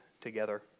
together